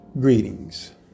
Greetings